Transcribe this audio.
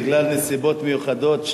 בגלל נסיבות מיוחדות,